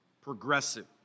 Progressive